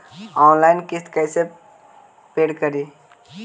Online किस्त कैसे paid करि?